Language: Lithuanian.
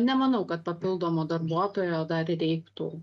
nemanau kad papildomo darbuotojo dar reiktų